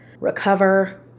recover